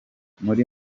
muri